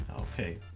okay